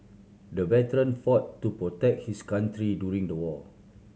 the veteran fought to protect his country during the war